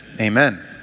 Amen